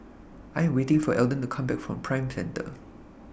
I Am waiting For Eldon to Come Back from Prime Centre